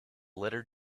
letter